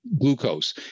glucose